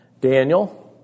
Daniel